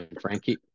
frankie